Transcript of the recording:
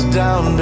down